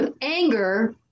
anger